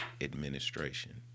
Administration